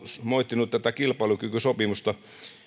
moittinut tätä kilpailukykysopimusta